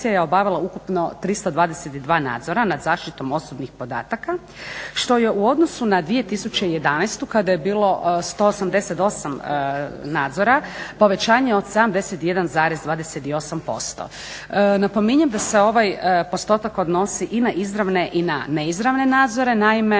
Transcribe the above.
u odnosu na 2011. kada je bilo 188 nadzora povećanje od 71,28%. Napominjem da se ovaj postotak odnosi i na izravne i na neizravne nadzore, naime